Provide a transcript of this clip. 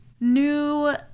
new